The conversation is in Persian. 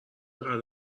قدر